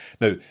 now